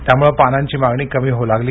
त्यामुळे पानांची मागणी कमी होऊ लागली